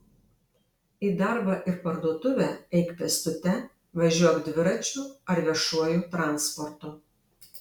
į darbą ir parduotuvę eik pėstute važiuok dviračiu ar viešuoju transportu